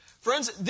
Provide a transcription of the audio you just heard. friends